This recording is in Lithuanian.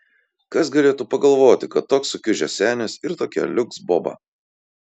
kas galėtų pagalvoti kad toks sukiužęs senis ir tokia liuks boba